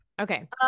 okay